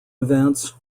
events